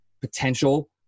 potential